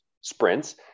sprints